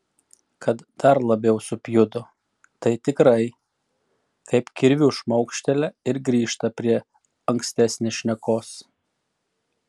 kad dar labiau supjudo tai tikrai kaip kirviu šmaukštelia ir grįžta prie ankstesnės šnekos